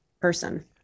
person